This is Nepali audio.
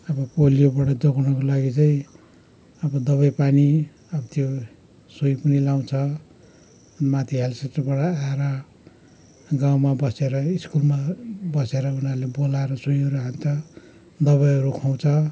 आबो पोलियोबाट जोगाउनुको लागि चाहिँ अब दबाई पानी अब त्यो सुई पनि लाउँछ माथि हेल्थ सेन्टरबाट आएर गाउँमा बसेर स्कुलमा बसेर उनीहरूले बोलएर सुईहरू हान्छ दबाईहरू ख्वाउँछ